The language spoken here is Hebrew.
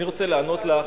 אני רוצה לענות לך,